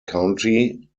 county